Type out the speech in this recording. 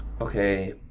okay